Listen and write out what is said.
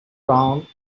round